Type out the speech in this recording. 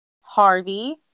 Harvey